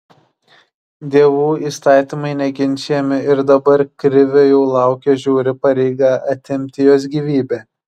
dievų įstatymai neginčijami ir dabar krivio jau laukia žiauri pareiga atimti jos gyvybę